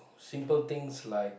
simple things like